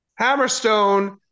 Hammerstone